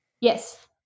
Yes